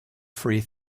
free